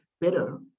better